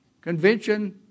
convention